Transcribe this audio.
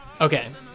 Okay